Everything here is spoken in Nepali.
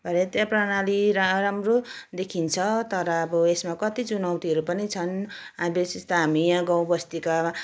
भारतीय प्रणाली रा राम्रो देखिन्छ तर अब यसमा कति चुनौतीहरू पनि छन् बिशेष त हामी यहाँ गाउँ बस्तीका